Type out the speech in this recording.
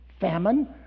Famine